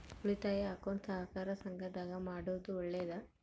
ಉಳಿತಾಯ ಅಕೌಂಟ್ ಸಹಕಾರ ಸಂಘದಾಗ ಮಾಡೋದು ಒಳ್ಳೇದಾ?